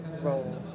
role